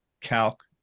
calc